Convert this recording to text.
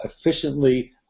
efficiently